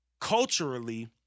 culturally